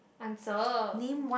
answer